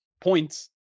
points